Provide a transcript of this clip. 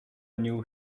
knew